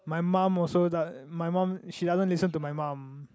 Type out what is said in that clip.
my mum also my mum she doesn't listen to my mum